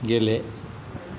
गेले